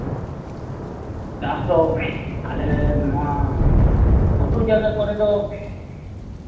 ᱪᱟᱥ ᱫᱚ ᱟᱞᱮ ᱱᱚᱶᱟ ᱜᱷᱩᱴᱩ ᱡᱟᱭᱜᱟ ᱠᱚᱨᱮ ᱫᱚ